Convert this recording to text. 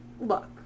look